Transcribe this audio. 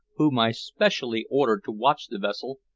whom i specially ordered to watch the vessel,